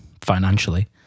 Financially